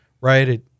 right